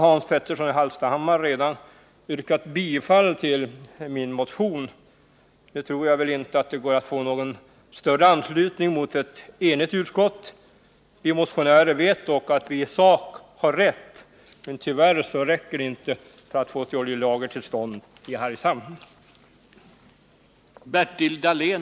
Hans Petersson i Hallstahammar har redan yrkat bifall till min motion. Jag tror inte att det går att få någon större anslutning mot ett enigt utskott. Vi motionärer vet dock att vi i sak har rätt. Men tyvärr räcker det inte för att få till stånd ett oljelager i Hargshamn.